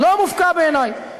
לא מופקע בעיני.